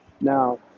now